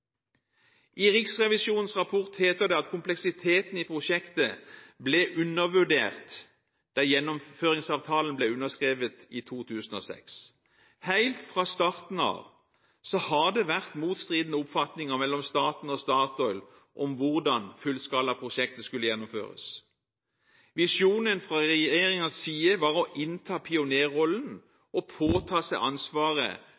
I Riksrevisjonens rapport heter det at kompleksiteten i prosjektet ble undervurdert da Gjennomføringsavtalen ble underskrevet i 2006. Helt fra starten av har det vært motstridende oppfatninger mellom staten og Statoil om hvordan fullskalaprosjektet skulle gjennomføres. Visjonen fra regjeringens side var å innta